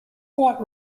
quite